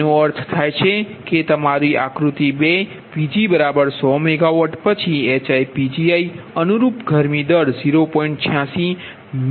તેથી જેનો અર્થ થાય છે કે તમારી આકૃતિ 2 Pg 100 MW પછી HiPgi અનુરૂપ ગરમી દર 0